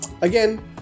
Again